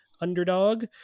underdog